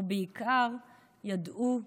ובעיקר ידעו לפחד,